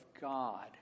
God